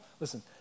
listen